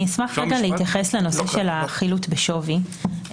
אשמח להתייחס לנושא החילוט בשווי,